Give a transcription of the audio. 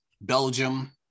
Belgium